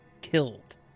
killed